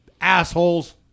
Assholes